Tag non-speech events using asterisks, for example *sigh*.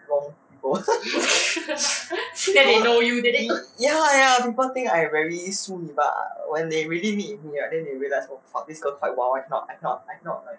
wrong people *laughs* ya ya people think I very 淑女 but when they really meet me right then they realise oh fuck this girl quite wild I cannot I cannot I cannot like